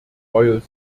royal